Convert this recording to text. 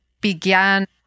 began